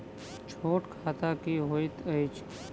छोट खाता की होइत अछि